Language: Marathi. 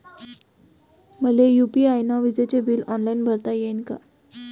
मले यू.पी.आय न विजेचे बिल ऑनलाईन भरता येईन का?